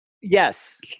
yes